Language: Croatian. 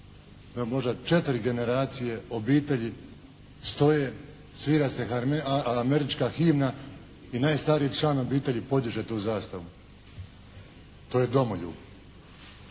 možda četiri generacije obitelji stoje, svira se američka himna i najstariji član obitelji podiže tu zastavu. To je domoljub.